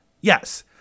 Yes